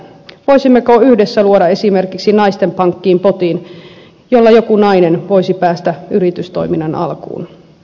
voisimmeko yhdessä luoda esimerkiksi naisten pankkiin potin jolla joku nainen voisi päästä yritystoiminnan alkuun